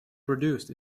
produced